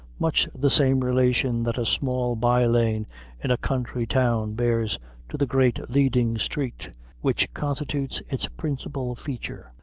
much the same relation that a small bye-lane in a country town bears to the great leading street which constitutes its principal feature.